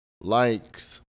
likes